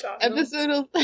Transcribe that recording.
Episode